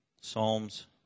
Psalms